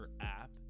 app